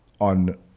on